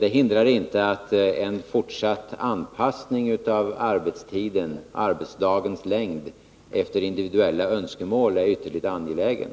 Detta hindrar inte att en fortsatt anpassning av arbetstiden och arbetsdagens längd efter individuella önskemål är ytterligt angelägen.